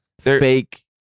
fake